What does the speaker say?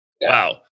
Wow